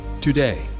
Today